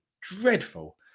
dreadful